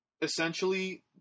essentially